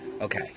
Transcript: Okay